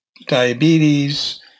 diabetes